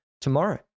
tomorrow